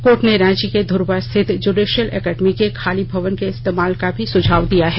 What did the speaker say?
court ने रांची के धूर्वा स्थित जुडिशल एकेडमी के खाली भवन के इस्तेमाल का भी सुझाव दिया है